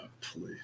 please